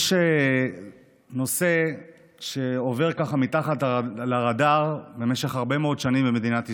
יש נושא שעובר כך מתחת לרדאר במשך הרבה מאוד שנים במדינת ישראל,